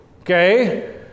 okay